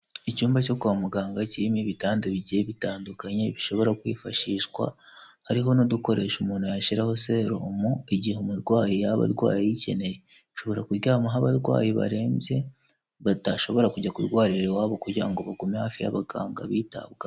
Icyumba cyo kwa muganga kirimo ibitanda bigiye bitandukanye bishobora kwifashishwa hariho n'udukoresho umuntu yashyiraho serum igihe umurwayi yaba arwaye ayikeneye, ushobora kuryamaho abarwayi barembye batashobora kujya kurwarira iwabo kugira ngo bagume hafi y'abaganga bitabwaho.